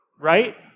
right